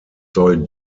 soll